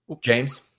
James